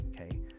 okay